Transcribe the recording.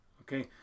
okay